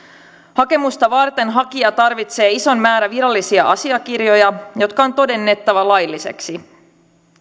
hakemusta varten hakija tarvitsee ison määrän virallisia asiakirjoja jotka on todennettava laillisiksi